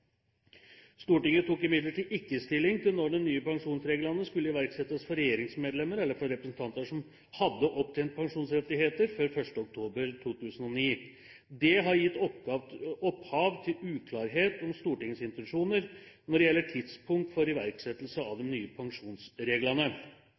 Stortinget tok imidlertid ikke stilling til når de nye pensjonsreglene skulle iverksettes for regjeringsmedlemmer eller for representanter som hadde opptjent pensjonsrettigheter før 1. oktober 2009. Dette har gitt opphav til uklarhet om Stortingets intensjoner når det gjelder tidspunkt for iverksettelse av de